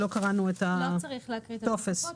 לא צריך להקריא את התוספות.